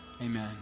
Amen